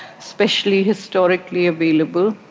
especially historically available.